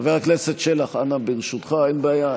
חבר הכנסת שלח, אנא, ברשותך, אין בעיה.